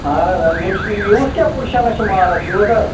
اَہَن حظ آ یِہُس کیٛاہ پوزِشناہ چھِ مالَس یِہُس حظ